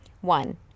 One